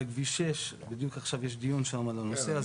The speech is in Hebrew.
לגבי כביש 6. בדיוק עכשיו יש דיון שם על הנושא הזה.